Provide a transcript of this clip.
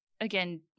again